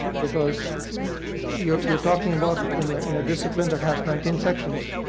because you you are talking about in ah in a discipline that has nineteen sections,